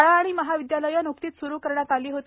शाळा आणि महाविदयालये न्कतीच सुरू करण्यात आली होती